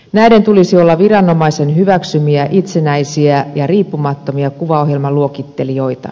näiden tulisi olla viranomaisen hyväksymiä itsenäisiä ja riippumattomia kuvaohjelman luokittelijoita